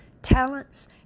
Talents